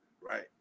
Right